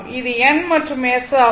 இது N மற்றும் S ஆகும்